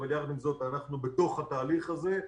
ויחד עם זאת אנחנו בתוך התהליך הזה,